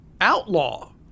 outlaw